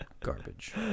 garbage